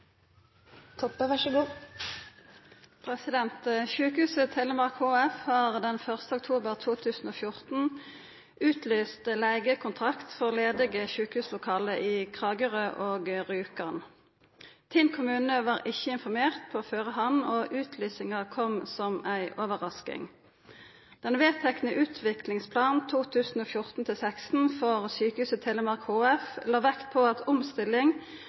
Telemark HF har den 1. oktober 2014 utlyst leigekontrakt for ledige sjukehuslokale i Kragerø og Rjukan . Tinn kommune var ikkje informert på førehand, og utlysinga kom som ei overrasking. Den vedtekne Utviklingsplan 2014–2016 for Sykehuset Telemark HF la vekt på at